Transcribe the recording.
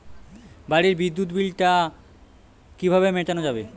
বাড়ির বিদ্যুৎ বিল টা কিভাবে মেটানো যাবে?